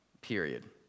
period